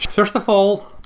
first of all,